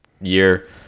year